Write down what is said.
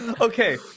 Okay